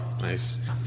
Nice